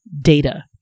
data